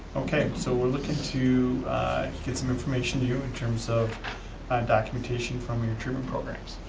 okay so we're looking to get some information to you in terms of um documentation from your treatment programs.